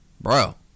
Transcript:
Bro